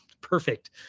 perfect